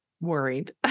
worried